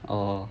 orh